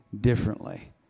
differently